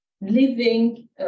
living